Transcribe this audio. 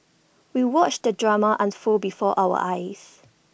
we watched the drama unfold before our eyes